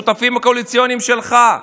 השותפים הקואליציוניים שלך.